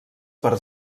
per